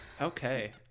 Okay